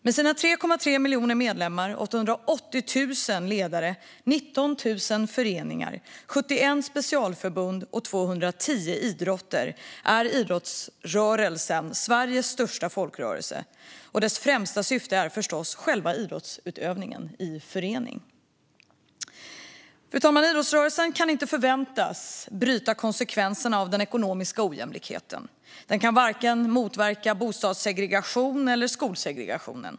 Med sina 3,3 miljoner medlemmar, 880 000 ledare, 19 000 föreningar, 71 specialförbund och 210 idrotter är idrottsrörelsen Sveriges största folkrörelse. Dess främsta syfte är förstås själva idrottsutövningen i förening. Fru talman! Idrottsrörelsen kan inte förväntas bryta konsekvenserna av den ekonomiska ojämlikheten. Den kan varken motverka bostadssegregationen eller skolsegregationen.